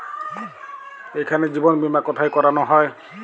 এখানে জীবন বীমা কোথায় করানো হয়?